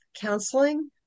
counseling